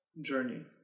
journey